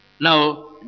Now